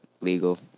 legal